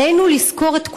עלינו לזכור את כולם,